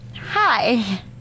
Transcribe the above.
Hi